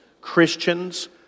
Christians